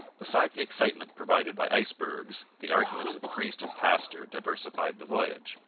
besides the excitement provided by icebergs, the arguments of priest and pastor diversified the voyage,